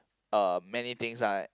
uh many things like